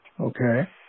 Okay